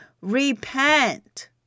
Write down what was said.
Repent